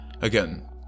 again